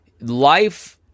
life